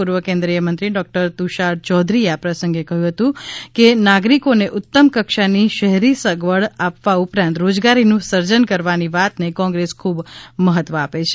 પૂર્વ કેન્દ્રિય મંત્રી ડોક્ટર તુષાર ચૌધરી એ આ પ્રસંગે કહ્યું હતું કે નાગરિકોને ઉત્તમ કક્ષાની શહેરી સગવડ આપવા ઉપરાંત રોજગારીનું સર્જન કરવાની વાતને કોંગ્રેસ ખૂબ મહત્વ આપે છે